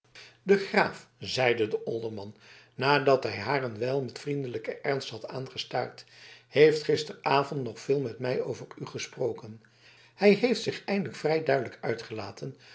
de graaf zeide de olderman nadat hij haar een wijl met vriendelijken ernst had aangestaard heeft gisteravond nog veel met mij over u gesproken hij heeft zich eindelijk vrij duidelijk uitgelaten